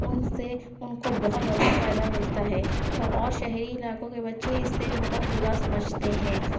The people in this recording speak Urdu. ان سے ان کو بہت زیادہ فائدہ ملتا ہے اور شہری علاقوں کے بچے اسے بہت برا سمجھتے ہیں